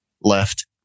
left